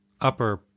upper